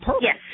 Yes